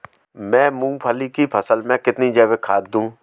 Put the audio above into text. मैं मूंगफली की फसल में कितनी जैविक खाद दूं?